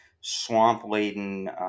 swamp-laden